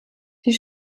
die